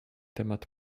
temat